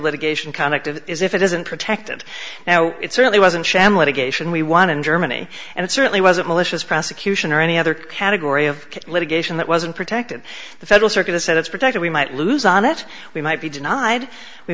of is if it isn't protected now it certainly wasn't sham litigation we won in germany and it certainly wasn't malicious prosecution or any other category of litigation that wasn't protected the federal circuit said it's protected we might lose on it we might be denied we